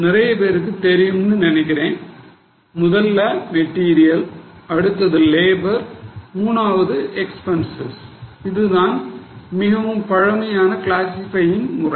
நிறைய பேருக்கு தெரியும்னு நினைக்கிறேன் முதல்ல மெட்டீரியல் அடுத்தது லேபர் 3வது எக்பென்சஸ் இதுதான் மிகவும் பழமையான கிளாசிஃப்யிங் முறை